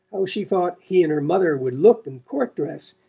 how she thought he and her mother would look in court dress,